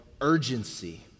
urgency